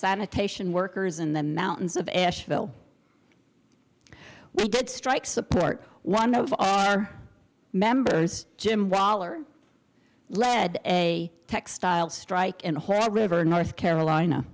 sanitation workers in the mountains of asheville we did strike support one of our members jim brawler led a textile strike in her river in north carolina